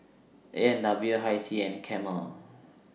A and W Hi Tea and Camel